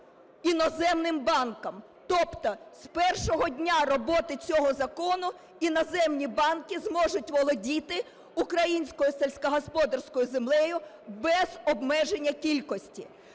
іноземним банкам. Тобто з першого дня роботи цього закону іноземні банки зможуть володіти українською сільськогосподарською землею без обмеження кількості.